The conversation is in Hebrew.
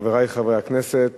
חברי חברי הכנסת,